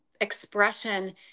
expression